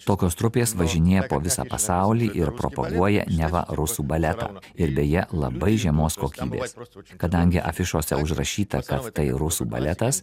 tokios trupės važinėja po visą pasaulį ir propaguoja neva rusų baletą ir beje labai žemos kokybės kadangi afišose užrašyta kad tai rusų baletas